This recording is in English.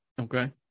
Okay